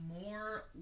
more